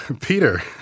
Peter